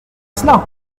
cela